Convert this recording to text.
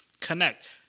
connect